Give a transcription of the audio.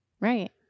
Right